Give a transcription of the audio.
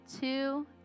two